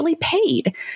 paid